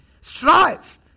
Strive